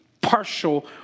partial